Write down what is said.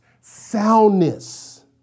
soundness